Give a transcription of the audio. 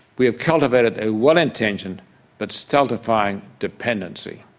we have cultivated a well intentioned but stultifying dependency.